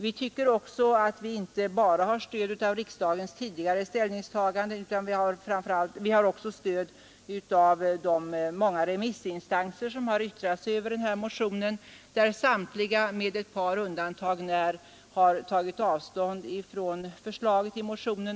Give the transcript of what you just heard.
Vi tycker också att vi inte bara har stöd av riksdagens tidigare ställningstagande utan också stöd av de många remissinstanser som yttrat sig över denna motion. Samtliga remissinstanser med ett par undantag när har tagit avstånd från förslaget i motionen.